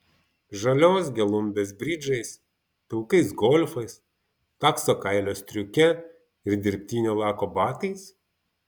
žalios gelumbės bridžais pilkais golfais takso kailio striuke ir dirbtinio lako batais